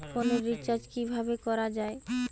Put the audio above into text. ফোনের রিচার্জ কিভাবে করা যায়?